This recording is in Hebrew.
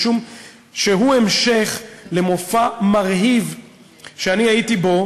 משום שהוא המשך למופע מרהיב שאני הייתי בו.